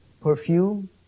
perfume